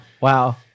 Wow